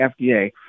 FDA